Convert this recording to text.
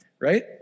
right